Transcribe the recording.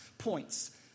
Points